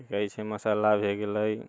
कि कहै छै मसाला भए गेलै